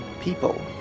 People